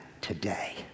today